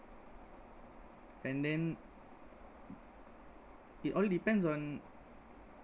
and then it all depends on